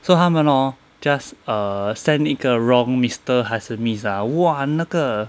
so 他们 hor just err send 一个 wrong mister 还是 miss ah !wah! 那个